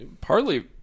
Partly